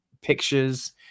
pictures